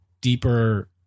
deeper